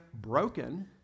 broken